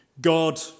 God